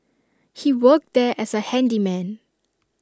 he worked there as A handyman